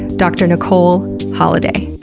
dr. nicole holliday